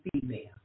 female